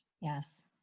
yes